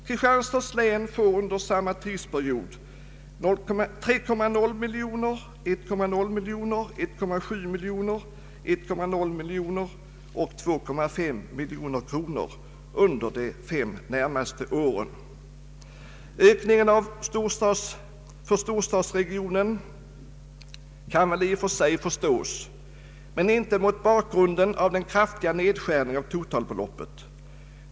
Kristianstads län får under samma tidsperiod 3,0 miljoner, 1,0 miljoner, 1,7 miljoner, 1,0 miljoner och 2,5 miljoner kronor under de närmaste fem åren. Ökningen för storstadsregionen kan väl i och för sig förstås men inte mot bakgrunden av den kraftiga nedskärningen av totalbeloppet.